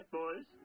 boys